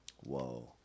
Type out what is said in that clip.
Whoa